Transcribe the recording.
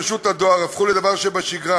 ברשות הדואר הפכו לדבר שבשגרה.